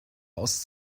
aus